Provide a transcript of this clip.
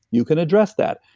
you can address that.